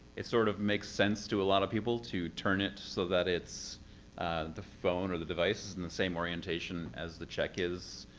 it sort of makes sense to a lot of people to turn it so that the phone or the device is in the same orientation as the check is,